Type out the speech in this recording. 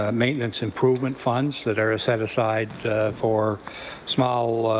ah maintenance improvement funds that are set aside for small